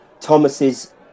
Thomas's